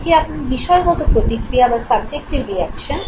এটি আপনার বিষয়গত প্রতিক্রিয়া বা সাব্জেক্টিভ রিঅ্যাকশন